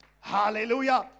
Hallelujah